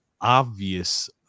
obvious